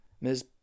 Ms